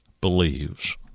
believes